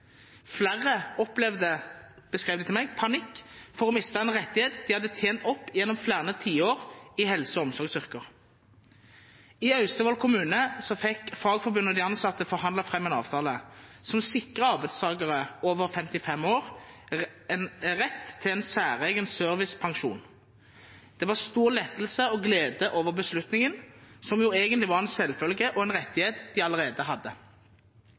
Flere opplevde – beskrev de til meg – panikk for å miste en rettighet de hadde opptjent gjennom flere tiår i helse- og omsorgsyrker. I Austevoll kommune fikk Fagforbundet og de ansatte forhandlet fram en avtale som sikrer arbeidstakere over 55 år rett til en særegen servicepensjon. Det var stor lettelse og glede over beslutningen, som jo egentlig var en selvfølge og en rettighet de allerede hadde.